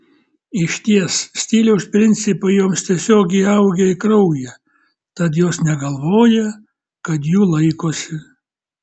išties stiliaus principai joms tiesiog įaugę į kraują tad jos negalvoja kad jų laikosi